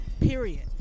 Period